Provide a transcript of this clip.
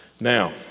Now